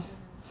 ya